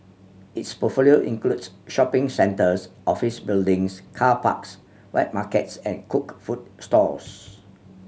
its portfolio includes shopping centres office buildings car parks wet markets and cooked food stalls